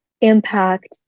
impact